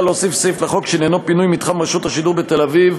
להוסיף סעיף לחוק שעניינו פינוי מתחם רשות השידור בתל-אביב,